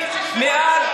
ההתעקשות שלנו הם קיבלו יותר.